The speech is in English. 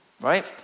right